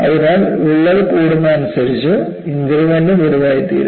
അതിനാൽ വിള്ളൽ കൂടുന്നതിനനുസരിച്ച് ഇൻക്രിമെന്റും വലുതായിത്തീരും